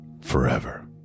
forever